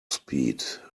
speed